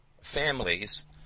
families